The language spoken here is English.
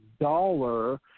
dollar